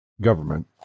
government